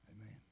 Amen